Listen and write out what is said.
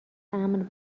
امن